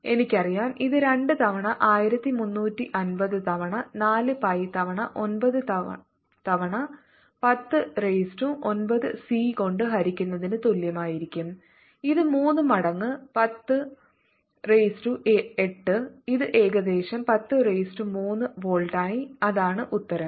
എനിക്കറിയാം ഇത് 2 തവണ 1350 തവണ 4 പൈ തവണ 9 തവണ 10 റൈസ് ടു 9 സി കൊണ്ട് ഹരിക്കുന്നതിനു തുല്യമായിരിക്കും ഇത് 3 മടങ്ങ് 10 റൈസ് ടു 8 ഇത് ഏകദേശം 10 റൈസ് ടു 3 വോൾട്ടായി അതാണ് ഉത്തരം